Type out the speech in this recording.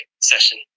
session